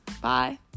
Bye